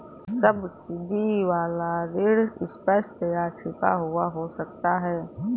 subsidy वाला ऋण स्पष्ट या छिपा हुआ हो सकता है